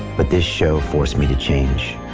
but this show forced me to change